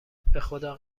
بخدا